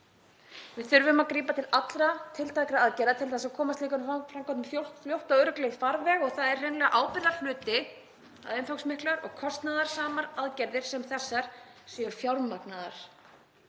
Við þurfum að grípa til allra tiltækra aðgerða til þess að koma slíkum framkvæmdum fljótt og örugglega í farveg og það er hreinlega ábyrgðarhluti að umfangsmiklar og kostnaðarsamar aðgerðir sem þessar séu fjármagnaðar